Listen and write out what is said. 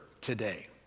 today